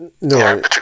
No